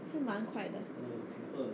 是蛮快的